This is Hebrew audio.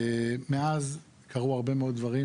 מאז קרו הרבה מאוד דברים,